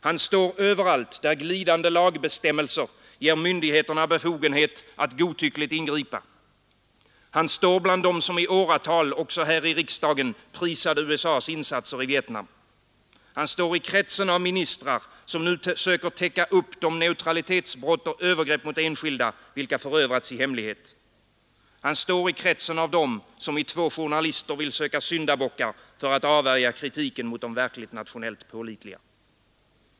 Han står överallt, där glidande lagbestämmelser ger myndigheterna befogenhet att godtyckligt ingripa. Han står bland dem som i åratal, också här i riksdagen, prisade USA:s insatser i Vietnam. Han står i kretsen av ministrar som nu söker täcka upp de neutralitetsbrott och övergrepp mot enskilda vilka förövats i hemlighet. Han står i kretsen av dem som i två journalister vill söka syndabockar för att avvärja kritiken mot de verkligt nationellt opålitliga.